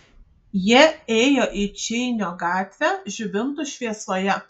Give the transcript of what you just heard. jie ėjo į čeinio gatvę žibintų šviesoje